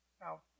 Now